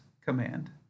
command